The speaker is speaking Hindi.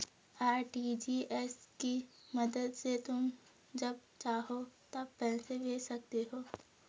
आर.टी.जी.एस की मदद से तुम जब चाहो तब पैसे भेज सकते हो